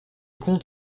comtes